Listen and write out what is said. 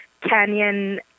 Canyon